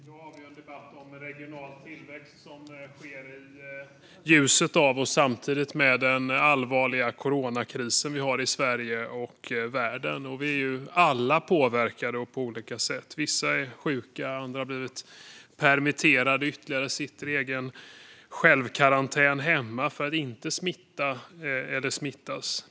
Fru talman! I dag har vi en debatt om regional tillväxt som sker i ljuset av och samtidigt med den allvarliga coronakrisen vi har i Sverige och i världen. Vi är alla påverkade på olika sätt. Vissa är sjuka, andra har blivit permitterade och ytterligare andra sitter i egen karantän hemma för att inte smitta eller smittas.